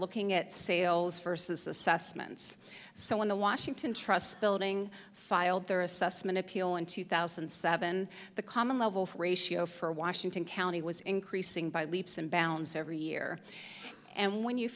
looking at sales versus assessments so when the washington trust building filed their assessment appeal in two thousand and seven the common level ratio for washington county was increasing by leaps and bounds every year and when you